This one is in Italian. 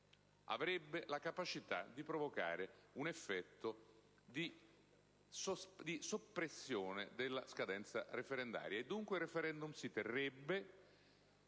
avrebbe la capacità di provocare un effetto di soppressione della scadenza referendaria, ragion per cui il *referendum* si terrebbe